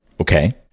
Okay